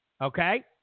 Okay